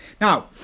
Now